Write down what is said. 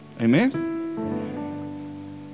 Amen